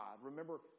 Remember